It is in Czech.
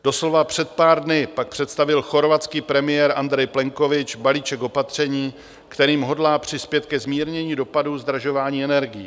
Doslova před pár dny pak představil chorvatský premiér Andrej Plenković balíček opatření, kterým hodlá přispět ke zmírnění dopadů zdražování energií.